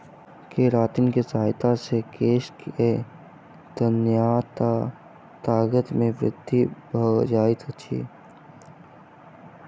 keratin के सहायता से केश के तन्यता ताकत मे वृद्धि भ जाइत अछि